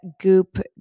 Goop